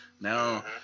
Now